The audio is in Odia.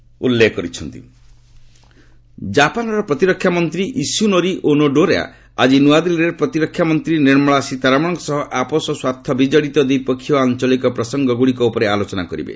ରିଭ୍ ଜାପାନିଜ୍ ମିନିଷ୍ଟର ଜାପାନର ପ୍ରତିରକ୍ଷା ମନ୍ତ୍ରୀ ଇସୁନୋରି ଓନୋଡେରା ଆଜି ନୂଆଦିଲ୍ଲୀରେ ପ୍ରତିରକ୍ଷା ମନ୍ତ୍ରୀ ନିର୍ମଳା ସୀତାରମଣଙ୍କ ସହ ଆପୋଷ ସ୍ୱାର୍ଥ ବିଜଡ଼ିତ ଦ୍ୱିପକ୍ଷୀୟ ଓ ଆଞ୍ଚଳିକ ପ୍ରସଙ୍ଗଗୁଡ଼ିକ ଉପରେ ଆଲୋଚନା କରିବେ